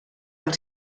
del